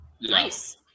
Nice